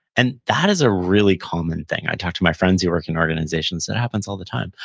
and, that is a really common thing. i talk to my friends who work in organizations. that happens all the time.